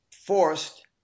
forced